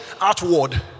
outward